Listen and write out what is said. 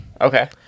Okay